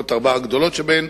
לפחות ארבע הגדולות שבהן,